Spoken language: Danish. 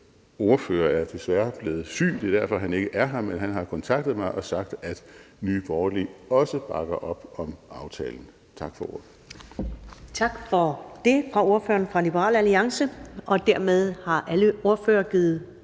ordfører er desværre blevet syg – det er derfor, han ikke er her – men han har kontaktet mig og sagt, at Nye Borgerlige også bakker op om aftalen. Tak for ordet.